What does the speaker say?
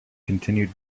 continued